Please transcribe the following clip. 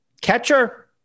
catcher